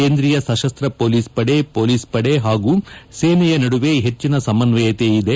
ಕೇಂದ್ರೀಯ ಸತಸ್ನ ಮೊಲೀಸ್ ಪಡೆ ಪೊಲೀಸ್ ಪಡೆ ಹಾಗೂ ಸೇನೆಯ ನಡುವೆ ಹೆಚ್ಚಿನ ಸಮನ್ನಯತೆ ಇದೆ